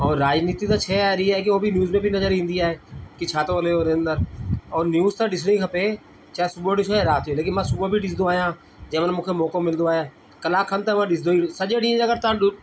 और राजनीति त शइ अहिड़ी आहे कि उहो बि न्यूज़ में बि नज़र ईंदी आहे कि छा थो हले हुनजे अंदरि और न्यूज़ त ॾिसिणी खपे चाहे सुबुह जो ॾिसिजे या राति जो लेकिनि मां सुबुह बि ॾिसंदो आहियां जंहिं महिल मूंखे मौक़ो मिलंदो आहे कलाकु खनि त मां ॾिसंदो ई सॼो ॾींहुं अगरि तव्हां ॾु